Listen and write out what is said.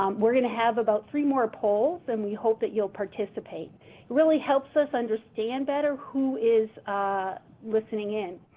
um we're going to have about three more polls and we hope that you'll participate. it really helps us understand better who is a listening in.